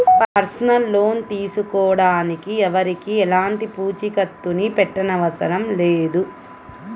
personal loan తీసుకోడానికి ఎవరికీ ఎలాంటి పూచీకత్తుని పెట్టనవసరం లేదు